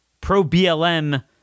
pro-BLM